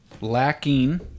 lacking